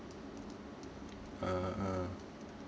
uh